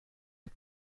les